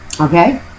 Okay